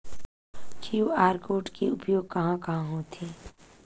QR code के उपयोग कहां कहां होथे?